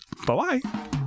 Bye-bye